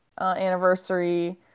anniversary